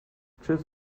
tschüss